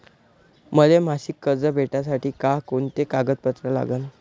मले मासिक कर्ज भेटासाठी का कुंते कागदपत्र लागन?